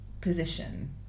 position